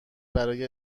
برای